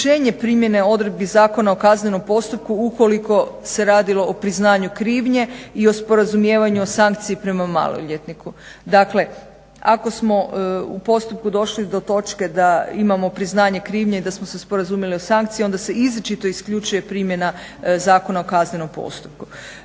primjene odredbi Zakona o kaznenom postupku ukoliko se radilo o priznanju krivnje i o sporazumijevanju o sankciji prema maloljetniku. Dakle, ako smo u postupku došli do točke da imamo priznanje krivnje i da smo se sporazumjeli … sankcije onda se izričito isključuje primjena ZKP-a. Uvažili smo